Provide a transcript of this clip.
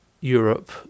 Europe